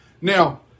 Now